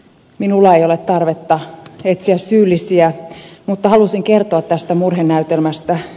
minulla ei ole tarvetta etsiä syyllisiä mutta halusin kertoa tästä murhenäytelmästä